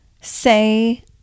say